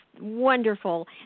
wonderful